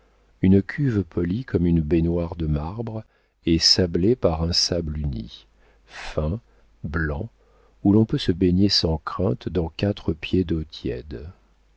une cuve polie comme une baignoire de marbre et sablée par un sable uni fin blanc où l'on peut se baigner sans crainte dans quatre pieds d'eau tiède